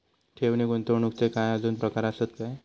ठेव नी गुंतवणूकचे काय आजुन प्रकार आसत काय?